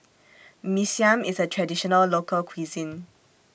Mee Siam IS A Traditional Local Cuisine